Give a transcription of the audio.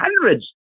Hundreds